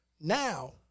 Now